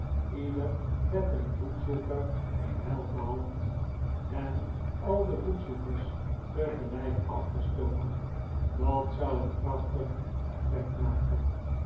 ieder met een voetzoeker in elke hand al de voetzoekers tegelijk aangestoken dat zou een prachtig effect maken